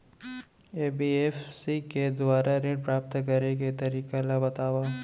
NBFC के दुवारा ऋण प्राप्त करे के तरीका ल बतावव?